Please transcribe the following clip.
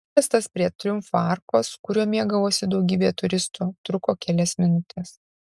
protestas prie triumfo arkos kuriuo mėgavosi daugybė turistų truko kelias minutes